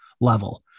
level